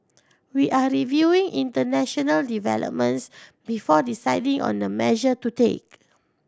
we are reviewing international developments before deciding on the measure to take